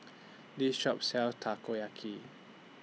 This Shop sells Takoyaki